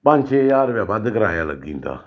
पंज छे ज्हार रपेआ बद्ध कराया लग्गी जंदा